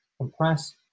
Compress